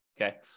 Okay